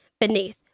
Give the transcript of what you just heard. beneath